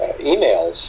emails